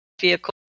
vehicle